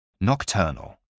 Nocturnal